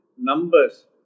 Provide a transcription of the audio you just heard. numbers